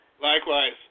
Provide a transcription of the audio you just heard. Likewise